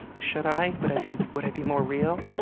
should i? would would i be more real?